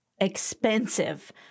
expensive